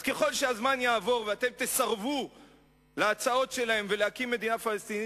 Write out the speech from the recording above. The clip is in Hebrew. אז ככל שהזמן יעבור ואתם תסרבו להצעות שלהם ולהקים מדינה פלסטינית,